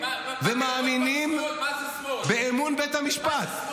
מאמינים באמון בית המשפט.